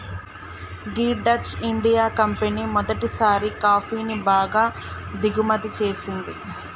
గీ Dutch India company మొదటిసారి కాఫీని బాగా దిగుమతి చేసింది